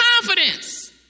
confidence